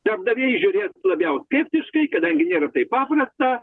darbdaviai žiūrės labiau skeptiškai kadangi nėra taip paprasta